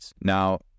Now